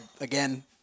again